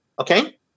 Okay